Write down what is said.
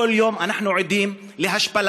כל יום אנחנו עדים להשפלה,